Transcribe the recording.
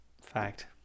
Fact